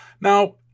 Now